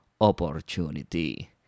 opportunity